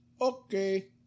Okay